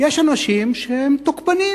יש אנשים שהם תוקפנים,